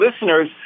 listeners